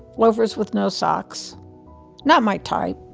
loafers with no socks not my type.